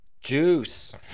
Juice